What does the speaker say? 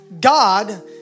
God